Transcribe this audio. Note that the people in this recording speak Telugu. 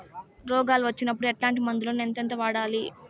రోగాలు వచ్చినప్పుడు ఎట్లాంటి మందులను ఎంతెంత వాడాలి?